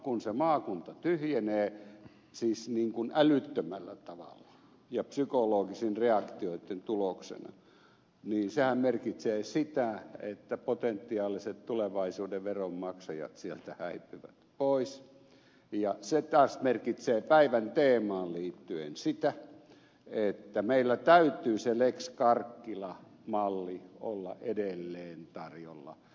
kun se maakunta tyhjenee siis älyttömällä tavalla ja psykologisten reaktioitten tuloksena niin sehän merkitsee sitä että potentiaaliset tulevaisuuden veronmaksajat sieltä häipyvät pois ja se taas merkitsee päivän teemaan liittyen sitä että meillä täytyy sen lex karkkila mallin olla edelleen tarjolla